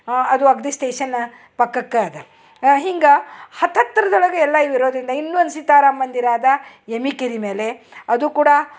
ಅದು ಅಗ್ದಿ ಸ್ಟೇಷನ್ ಪಕ್ಕಕ್ಕ ಅದ ಹಿಂಗೆ ಹತ್ತು ಹತ್ರದೊಳಗ ಎಲ್ಲವ ಇರೋದರಿಂದ ಇನ್ನು ಒಂದು ಸೀತಾರಾಮ ಮಂದಿರ ಅದ ಎಮಿ ಕೆರೆ ಮೇಲೆ ಅದು ಕೂಡ